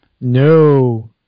No